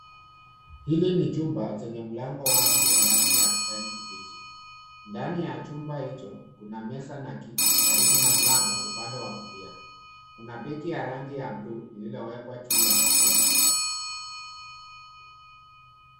Hili ni chumba chenye mlango wazi wa rangi ya kijani kibichi. Ndani ya chumba hicho kuna meza na kiti. Karibu na mlango upande wa kulia kuna begi ya rangi ya blue lililowekwa juu ya kabati.